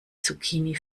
zucchini